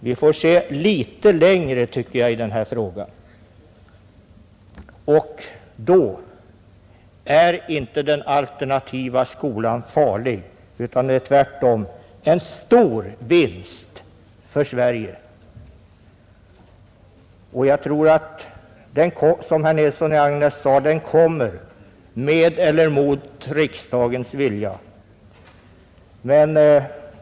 Om vi ser litet längre i den här frågan är inte den alternativa skolan farlig utan tvärtom en stor vinst för Sverige. Jag tror, liksom herr Nilsson i Agnäs, att den kommer med eller mot riksdagens vilja.